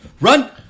Run